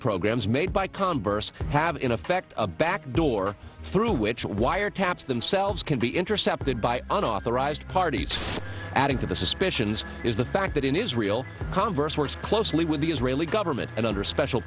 programs made by congress have in effect a back door through which wire taps themselves can be intercepted by unauthorized parties adding to the suspicions is the fact that in israel converse works closely with the israeli government and under special